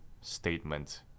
statement